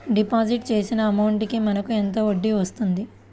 Deposit చేసిన amount కి మనకి ఎంత వడ్డీ వస్తుంది?